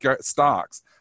stocks